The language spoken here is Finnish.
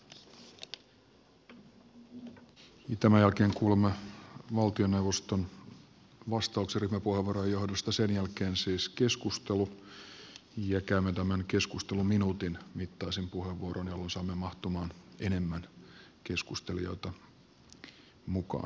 tämän jälkeen kuulemme valtioneuvoston vastauksen ryhmäpuheenvuorojen johdosta sen jälkeen siis keskustelu ja käymme tämän keskustelun minuutin mittaisin puheenvuoroin jolloin saamme mahtumaan enemmän keskustelijoita mukaan